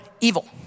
evil